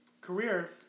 career